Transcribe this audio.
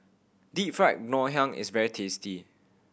Deep Fried Ngoh Hiang is very tasty